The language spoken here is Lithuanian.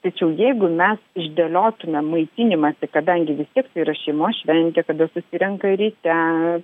tačiau jeigu mes išdėliotume maitinimąsi kadangi vis tiek tai yra šeimos šventė kada susirenka ryte